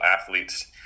athletes